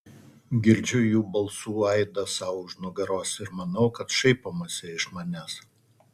girdžiu jų balsų aidą sau už nugaros ir manau kad šaipomasi iš manęs